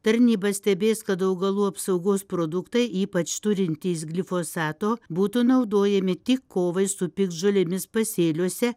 tarnyba stebės kad augalų apsaugos produktai ypač turintys glifosato būtų naudojami tik kovai su piktžolėmis pasėliuose